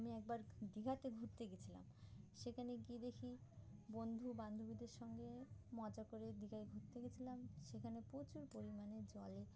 আমি একবার দীঘাতে ঘুরতে গিয়েছিলাম সেখানে গিয়ে দেখি বন্ধু বান্ধবীদের সঙ্গে মজা করে দীঘায় ঘুরতে গিয়েছিলাম সেখানে প্রচুর পরিমাণে জলে